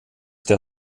der